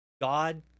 God